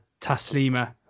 Taslima